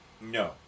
No